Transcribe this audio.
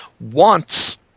wants